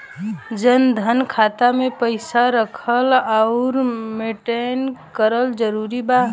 जनधन खाता मे पईसा रखल आउर मेंटेन करल जरूरी बा?